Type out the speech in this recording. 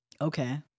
Okay